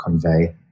convey